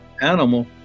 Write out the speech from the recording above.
animal